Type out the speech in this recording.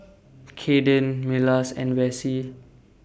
Kadyn Milas and Vassie